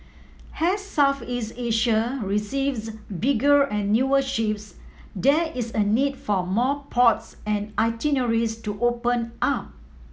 as Southeast Asia receives bigger and newer ships there is a need for more ports and itineraries to open up